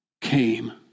came